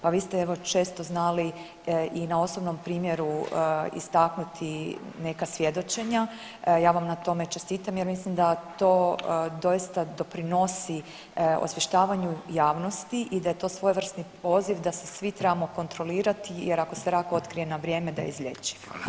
Pa vi ste evo često znali i na osobnom primjeru istaknuti neka svjedočenja, ja vam na tome čestitam jer mislim da to doista doprinosi osvještavanju javnosti i da je to svojevrsni poziv da se svi trebamo kontrolirati jer ako se rak otkrije na vrijeme da je izlječiv.